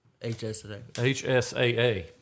HSAA